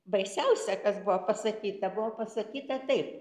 baisiausia kas buvo pasakyta buvo pasakyta taip